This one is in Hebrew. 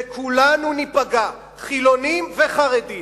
וכולנו ניפגע, חילונים וחרדים.